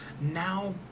now